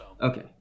Okay